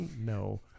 No